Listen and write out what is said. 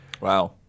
Wow